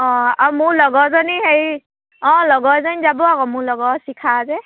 অঁ আৰু মোৰ লগৰজনী হেৰি অঁ লগৰজনী যাব আকৌ মোৰ লগৰ শিখা যে